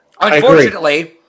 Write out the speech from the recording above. Unfortunately